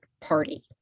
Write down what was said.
party